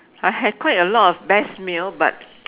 I had quite a lot of best meal but